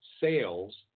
sales